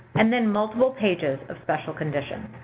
and then multiple pages of special conditions.